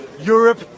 Europe